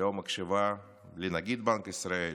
היא לא מקשיבה לנגיד בנק ישראל,